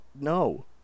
no